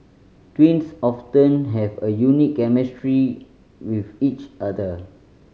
twins often have a unique chemistry with each other